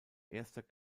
erster